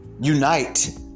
Unite